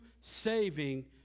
saving